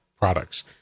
products